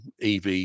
EV